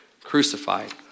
crucified